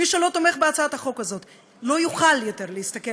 שמי שלא תומך בהצעת החוק הזאת לא יוכל יותר להסתכל